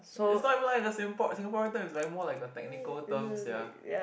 is not even like the Singapore Singaporean term is like more like a technical term sia